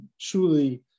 truly